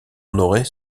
honorer